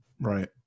Right